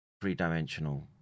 three-dimensional